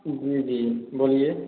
जी जी बोलिए